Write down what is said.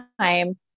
time